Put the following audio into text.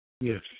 Yes